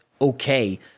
okay